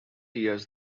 years